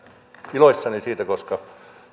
iloissani siitä koska